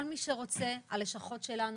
כל מי שרוצה - הלשכות שלנו,